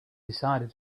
decided